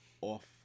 off